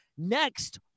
next